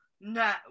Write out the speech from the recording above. no